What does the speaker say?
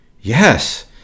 yes